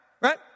Right